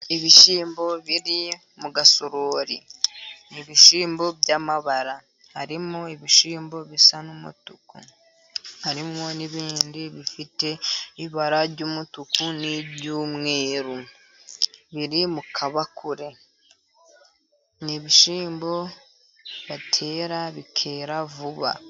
Ibishyimbo biri mu gasorori. Ni ibishyimbo by'amabara. Harimo ibishyimbo bisa n'umutuku, harimo n'ibindi bifite ibara ry'umutuku n'iry'umweru. Biri mu kabakure. n'ibishyimbo batera bikera vuba.